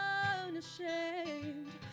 unashamed